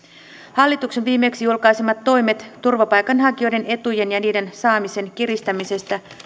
hallituksen viimeksi julkaisemat toimet turvapaikanhakijoiden etujen ja niiden saamisen kiristämisestä